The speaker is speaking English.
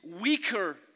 weaker